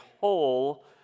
whole